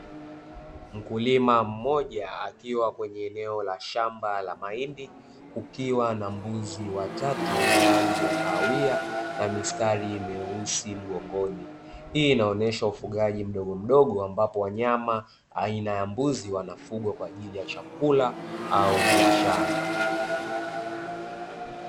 Mkulima mmoja akiwa kwenye eneo la shamba la mahindi kukiwa na mbuzi wa tatu, wenye rangi ya kahawia na mistari mieusi mgongoni, hii inaonesha ufugaji mdogomdogo ambapo wanyama aina ya mbuzi wanafugwa kwa ajili ya chakula au biashara.